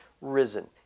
risen